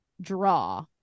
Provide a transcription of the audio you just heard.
draw